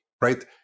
right